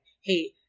hey